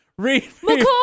McCall